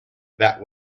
that